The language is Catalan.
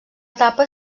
etapa